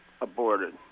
aborted